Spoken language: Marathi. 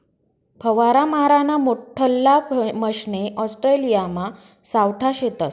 फवारा माराना मोठल्ला मशने ऑस्ट्रेलियामा सावठा शेतस